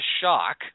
shock